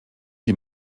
die